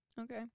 Okay